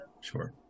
Sure